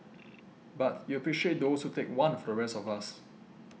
but you appreciate those who take one for the rest of us